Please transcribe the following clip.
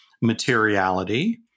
materiality